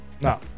no